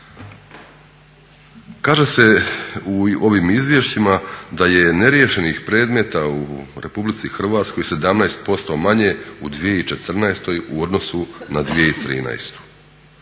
Kaže se u ovim izvješćima da je neriješenih predmeta u Republici Hrvatskoj 17% manje u 2014. u odnosu na 2013.